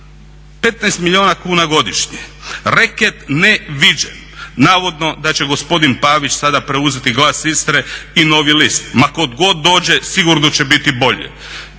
15 milijuna kuna godišnje. Reket ne viđen, navodno da će gospodin Pavić sada preuzeti Glas Istre i Novi list. Ma tko god dođe sigurno će biti bolje.